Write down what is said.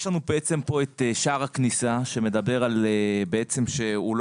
יש לנו כאן את שער הכניסה שמדבר על כך שהוא לא